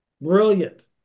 Brilliant